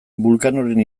vulcanoren